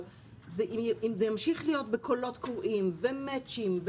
אבל אם זה ימשיך להיות בקולות קוראים ומצ'ינג,